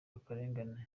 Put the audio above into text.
akarengane